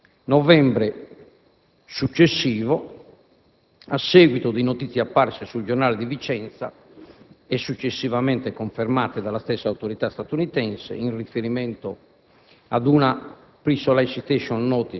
17 novembre, a seguito di notizie apparse su «Il Giornale di Vicenza» - e successivamente confermate dalla stessa autorità statunitense - in riferimento